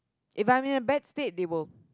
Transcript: if I'm in a bad state they will